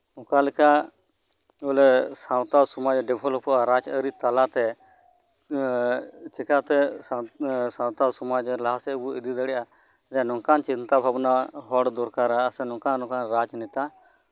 ᱚᱠᱟ ᱞᱮᱠᱟ ᱵᱚᱞᱮ ᱥᱟᱶᱛᱟ ᱥᱚᱢᱟᱡᱽ ᱰᱮᱵᱷᱮᱞᱚᱯ ᱚᱜᱼᱟ ᱨᱟᱡᱽᱟᱹᱨᱤ ᱛᱟᱞᱟᱛᱮ ᱮᱫ ᱪᱤᱠᱟᱹᱛᱮ ᱥᱟᱱᱛᱟᱲ ᱥᱚᱢᱟᱡᱽ ᱞᱟᱦᱟᱥᱮᱫ ᱵᱚᱱ ᱤᱫᱤ ᱫᱟᱲᱮᱭᱟᱜᱼᱟ ᱱᱚᱝᱠᱟᱱ ᱪᱤᱱᱛᱟᱹ ᱵᱷᱟᱵᱽᱱᱟ ᱦᱚᱲ ᱫᱚᱨᱠᱟᱨᱟ ᱥᱮ ᱱᱚᱝᱠᱟᱱ ᱱᱚᱝᱠᱟᱱ ᱨᱟᱡᱽ ᱱᱮᱛᱟ